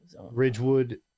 Ridgewood